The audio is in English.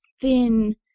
thin